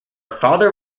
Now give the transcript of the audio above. father